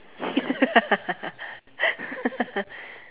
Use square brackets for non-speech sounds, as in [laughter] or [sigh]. [laughs]